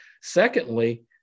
Secondly